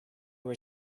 were